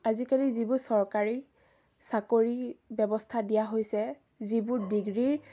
আজিকালি যিবোৰ চৰকাৰী চাকৰিৰ ব্যৱস্থা দিয়া হৈছে যিবোৰ ডিগ্ৰীৰ